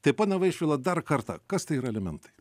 tai pone vaišvila dar kartą kas tai yra alimentai